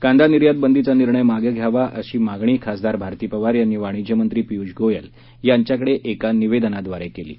कांदा निर्यात बंदीचा निर्णय मागं घ्यावा अशी मागणी खासदार भारती पवार यांनी वाणिज्य मंत्री पियूष गोयल यांच्याकडे एका निवेदनाद्वारे केली आहे